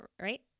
right